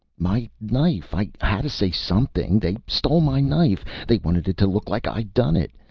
my knife i hadda say something. they stole my knife. they wanted it to look like i done it.